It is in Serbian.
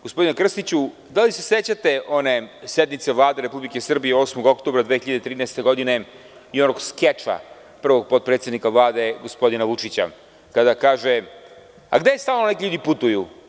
Gospodine Krstiću, da li se sećate one sednice Vlade Republike Srbije 8. oktobra 2013. godine i onog skeča prvog potpredsednika Vlade, gospodina Vučića kada kaže – a, gde stalno neki ljudi putuju?